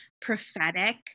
prophetic